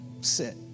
sit